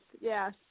yes